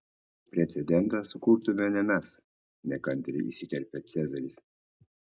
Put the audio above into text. precedentą sukurtume ne mes nekantriai įsiterpė cezaris